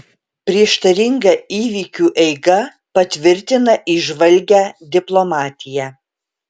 prieštaringa įvykių eiga patvirtina įžvalgią diplomatiją